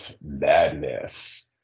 madness